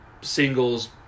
singles